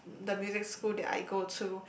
the music school that I go to